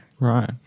Right